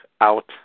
out